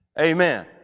Amen